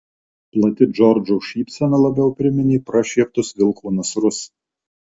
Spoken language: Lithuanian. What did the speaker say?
plati džordžo šypsena labiau priminė prašieptus vilko nasrus